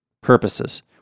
purposes